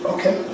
Okay